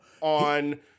on